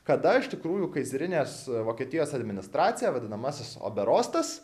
kada iš tikrųjų kaizerinės vokietijos administracija vadinamasis oberostas